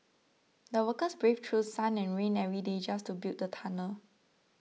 the workers braved through sun and rain every day just to build the tunnel